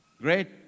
Great